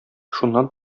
шуннан